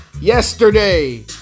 Yesterday